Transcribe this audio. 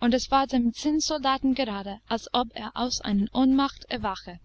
und es war dem zinnsoldaten gerade als ob er aus einer ohnmacht erwache